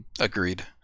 Agreed